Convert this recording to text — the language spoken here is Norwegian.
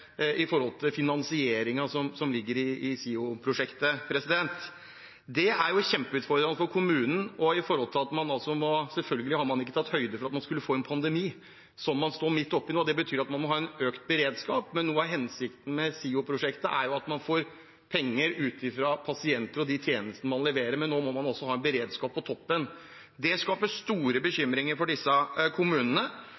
som ligger i SIO-prosjektet. Det er en kjempeutfordring for kommunen. Man har selvfølgelig ikke tatt høyde for at man skulle få en pandemi, som man står midt oppe i nå, og det betyr at man må ha en økt beredskap. Noe av hensikten med SIO-prosjektet er at man får penger ut fra pasientenes behov og de tjenestene man leverer, men nå må man også ha en beredskap på toppen. Det skaper store